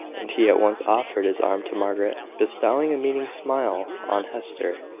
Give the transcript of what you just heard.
and he at once offered his arm to margaret, bestowing a meaning smile on hester.